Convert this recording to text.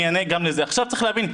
צריך להבין,